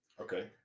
Okay